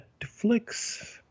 Netflix